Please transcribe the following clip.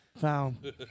found